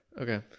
Okay